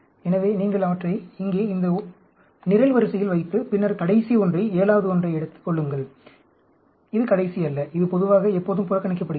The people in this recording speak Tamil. எனவே நீங்கள் அவற்றை இங்கே இந்த நிரல்வரிசையில் வைத்து பின்னர் கடைசி ஒன்றை 7 வது ஒன்றை எடுத்துக் கொள்ளுங்கள் இது கடைசி அல்ல இது பொதுவாக எப்போதும் புறக்கணிக்கப்படுகிறது